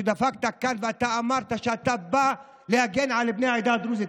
שדפקת כאן ואמרת שאתה בא להגן על בני העדה הדרוזית.